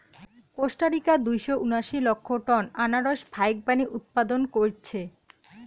Costa Rica দুইশো উনাশি লক্ষ টন আনারস ফাইকবানী উৎপাদন কইরছে